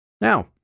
Now